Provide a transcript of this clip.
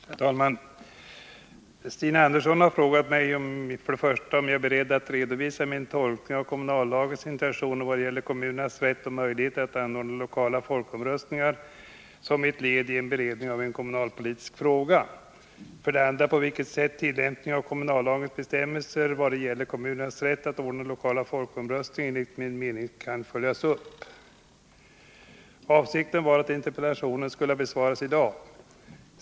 Herr talman! Stina Andersson har i interpellation 160 för det första frågat mig om jag är beredd att redovisa min tolkning av kommunallagens intentioner vad gäller kommunernas rätt och möjligheter att anordna lokala folkomröstningar som ett led i en beredning av en kommunalpolitisk fråga och för det andra på vilket sätt tillämpningen av kommunallagens bestämmelser vad gäller kommunernas rätt att ordna lokala folkomröstningar enligt min mening kan följas upp. Avsikten var att interpellationen skulle ha besvarats i dag.